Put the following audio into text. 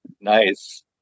nice